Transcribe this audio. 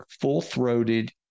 full-throated